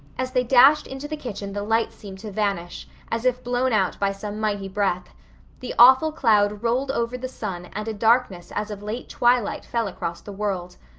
as they dashed into the kitchen the light seemed to vanish, as if blown out by some mighty breath the awful cloud rolled over the sun and a darkness as of late twilight fell across the world.